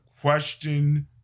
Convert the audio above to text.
question